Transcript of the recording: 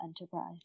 enterprise